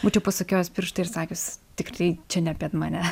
būčiau pasukiojus pirštą ir sakius tikrai čia ne apie mane